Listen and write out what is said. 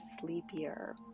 sleepier